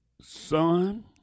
Son